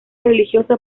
religiosa